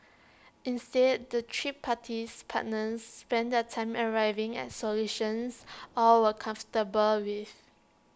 instead the three parties partners spent their time arriving at solutions all were comfortable with